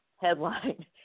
headline